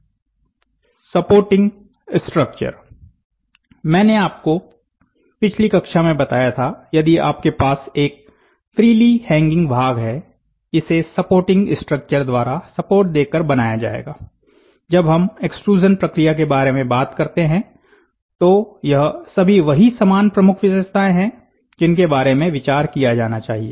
supporting structure मैंने आपको पिछली कक्षा में बताया था यदि आपके पास एक फ्रीली हैंगिंग भाग है इसे सपोर्टिंग स्ट्रक्चर द्वारा सपोर्ट देकर बनाया जायेगाजब हम एक्सट्रूज़न प्रक्रिया के बारे में बात करते हैं तो यह सभी वही समान प्रमुख विशेषताएं हैं जिनके बारे में विचार किया जाना चाहिए